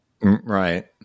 Right